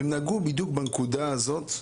הם נגעו בדיוק בנקודה הזאת,